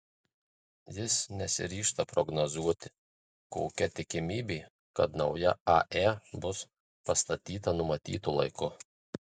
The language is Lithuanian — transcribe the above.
jis nesiryžta prognozuoti kokia tikimybė kad nauja ae bus pastatyta numatytu laiku